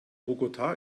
bogotá